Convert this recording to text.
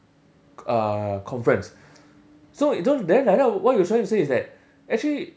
uh conference so don't then like that what you trying to say is that actually